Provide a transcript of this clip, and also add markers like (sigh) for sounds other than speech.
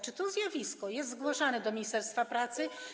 Czy to zjawisko jest zgłaszane (noise) do ministerstwa pracy?